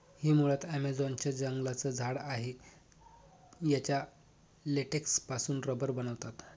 हे मुळात ॲमेझॉन च्या जंगलांचं झाड आहे याच्या लेटेक्स पासून रबर बनवतात